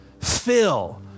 Fill